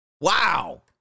Wow